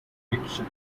reaction